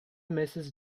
mrs